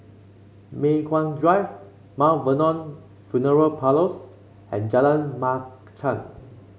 Mei Hwan Drive Mount Vernon Funeral Parlours and Jalan Machang